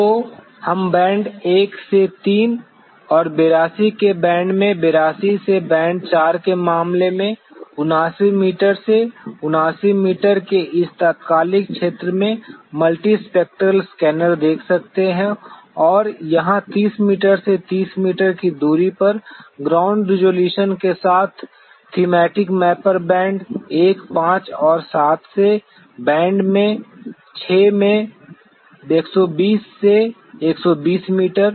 तो हम बैंड 1 से 3 और 82 के बैंड में 82 से बैंड 4 के मामले में 79 मीटर से 79 मीटर के इस तात्कालिक क्षेत्र में मल्टीस्पेक्ट्रल स्कैनर देख सकते हैं और यहां 30 मीटर से 30 मीटर की दूरी पर ग्राउंड रिज़ॉल्यूशन के साथ थीमेटिक मैपर बैंड 1 5 और 7 से और बैंड 6 में 120 से 120 मीटर